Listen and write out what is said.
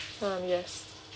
um yes